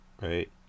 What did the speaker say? right